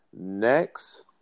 next